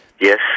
Yes